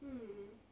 hmm